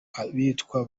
abitwa